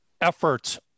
efforts